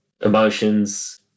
Emotions